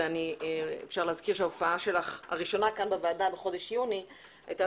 אפשר להזכיר שההופעה הראשונה שלך כאן בוועדה בחושד יוני הייתה